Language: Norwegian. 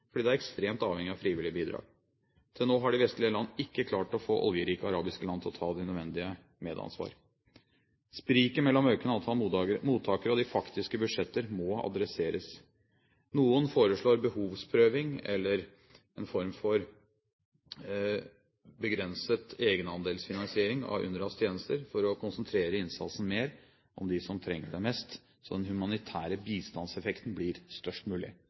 fordi det er ekstremt avhengig av frivillige bidrag. Til nå har de vestlige land ikke klart å få oljerike arabiske land til å ta det nødvendige medansvar. Spriket mellom økende antall mottakere og de faktiske budsjetter må adresseres. Noen foreslår behovsprøving eller en form for begrenset egenandelsfinansiering av UNRWAs tjenester for å konsentrere innsatsen mer om dem som trenger den mest, slik at den humanitære bistandseffekten blir størst mulig.